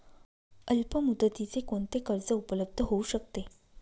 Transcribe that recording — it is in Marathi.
अल्पमुदतीचे कोणते कर्ज उपलब्ध होऊ शकते?